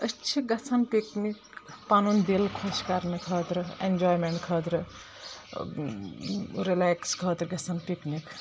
أسۍ چھِ گژھان پکِنِک پَننُ دل خۄش کرنہٕ خٲطرٕ انجایمٮ۪نٹ خاطرٕ رلیکس خاطر گژھان پکِنِک